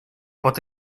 pot